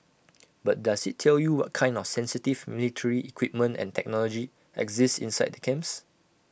but does IT tell you what kind of sensitive military equipment and technology exist inside the camps